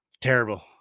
Terrible